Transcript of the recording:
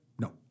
No